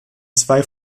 zwei